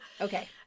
Okay